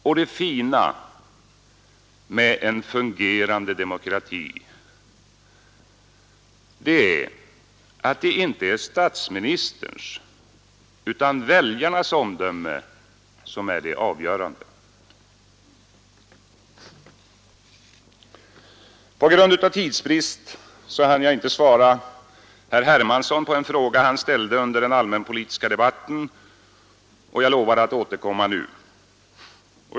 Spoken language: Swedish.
Och det fina med en fungerande demokrati är att det inte är statsministerns utan väljarnas omdöme som är det avgörande. På grund av tidsbrist hann jag inte svara herr Hermansson med anledning av en fråga som han ställde under den allmänpolitiska debatten, men jag lovade återkomma nu.